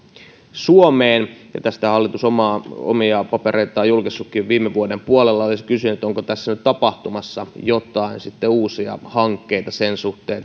suomeen ja tästä hallitus omia papereitaan on julkaissutkin viime vuoden puolella olisin kysynyt onko tässä nyt tapahtumassa joitain uusia hankkeita sen suhteen